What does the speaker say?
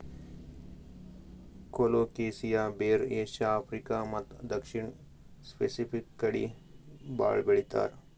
colocasia ಬೇರ್ Asia, Africa ಮತ್ತ್ ದಕ್ಷಿಣ್ ಸ್ಪೆಸಿಫಿಕ್ ಕಡಿ ಭಾಳ್ ಬೆಳಿತಾರ್